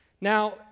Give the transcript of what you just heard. Now